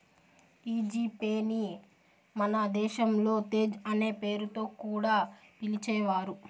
ఈ G pay ని మన దేశంలో తేజ్ అనే పేరుతో కూడా పిలిచేవారు